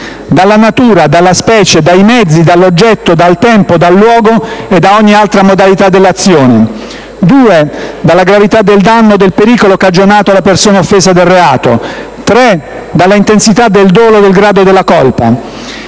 dalla natura, dalla specie, dai mezzi, dall'oggetto, dal tempo, dal luogo e da ogni altra modalità dell'azione, 2) dalla gravità del danno o del pericolo cagionato alla persona offesa dal reato; 3) dalla intensità del dolo o dal grado della colpa.